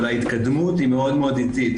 אבל ההתקדמות היא מאוד מאוד איטית.